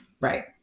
Right